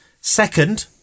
Second